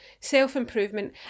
self-improvement